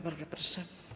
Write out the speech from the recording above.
Bardzo proszę.